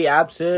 apps